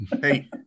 Hey